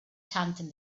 chanting